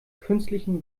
künstlichen